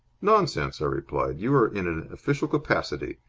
nonsense! i replied. you are in an official capacity.